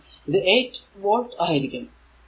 അതിനാൽ ഇത് 8 വോൾട് ആയിരിക്കും